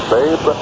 Babe